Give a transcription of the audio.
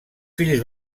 fills